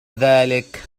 ذلك